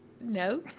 no